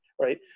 right